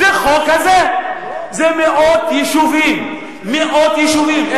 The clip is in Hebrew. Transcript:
זה מאות יישובים, מאות יישובים במועצות האזוריות.